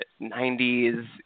90s